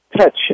touch